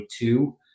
two